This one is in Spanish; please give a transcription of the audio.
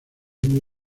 muy